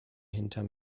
hinter